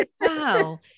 wow